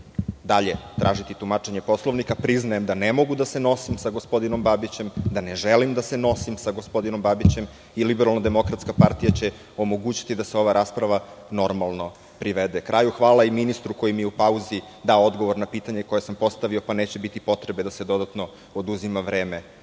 dalje tražiti tumačenje poslovnika. Priznajem da ne mogu da se nosim sa gospodinom Babićem, da ne želim da se nosim sa gospodinom Babićem i LDP će omogućiti da se ova rasprava normalno privede kraju. Hvala i ministru koji mi je u pauzi dao odgovor na pitanje koje sam postavio, pa neće biti potrebe da se dodatno oduzima vreme